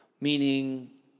meaning